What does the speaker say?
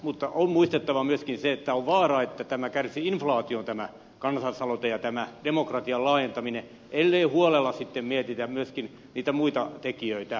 mutta on muistettava myöskin se että on vaara että tämä kansalaisaloite ja tämä demokratian laajentaminen kärsii inflaation ellei huolella mietitä myöskin niitä muita tekijöitä